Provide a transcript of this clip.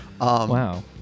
wow